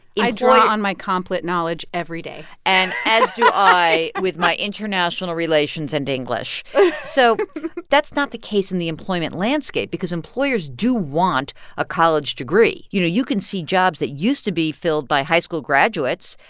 yeah i draw on my comp lit knowledge every day and as do i with my international relations and english so that's not the case in the employment landscape because employers do want a college degree. you know, you can see jobs that used to be filled by high school graduates.